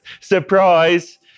surprise